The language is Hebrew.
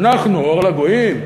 אנחנו אור לגויים,